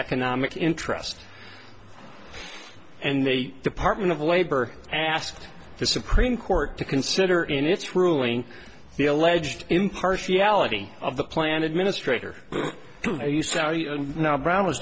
economic interest and the department of labor asked the supreme court to consider in its ruling the alleged impartiality of the plan administrator you sound now brown was